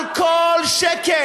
על כל שקל.